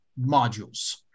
modules